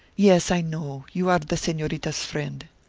yes, i know you are the senorita's friend.